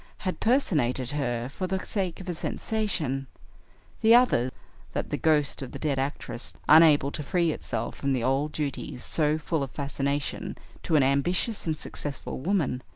had personated her for the sake of a sensation the other that the ghost of the dead actress, unable to free itself from the old duties so full of fascination to an ambitious and successful woman,